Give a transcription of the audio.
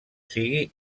sigui